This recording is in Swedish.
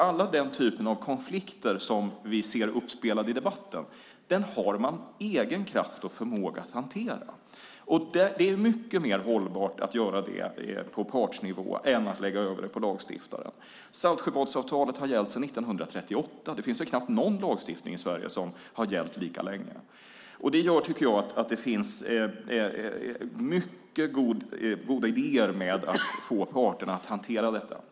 Alla typer av konflikter som vi ser uppspelade i debatten har man egen kraft och förmåga att hantera. Det är mycket mer hållbart att göra det på partsnivå än att lägga över det på lagstiftare. Saltsjöbadsavtalet har gällt sedan 1938. Det finns knappt någon lagstiftning i Sverige som har gällt lika länge. Det gör att det finns en mycket god idé med att få parterna att hantera detta.